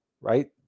right